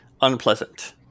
unpleasant